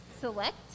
select